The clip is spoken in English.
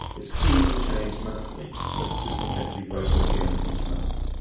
its keys were changed monthly so the system had to be broken again each month.